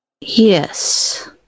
Yes